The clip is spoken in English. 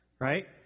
right